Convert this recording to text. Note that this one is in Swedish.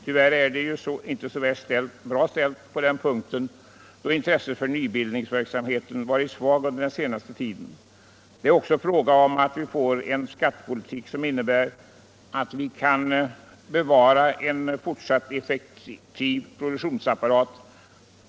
Där är det tyvärr inte särskilt bra ställt, eftersom intresset för nybildning under den senaste tiden har varit svagt. Det handlar också om en skattepolitik som innebär att vi kan bevara en fortsatt effektiv produktionsapparat.